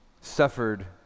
suffered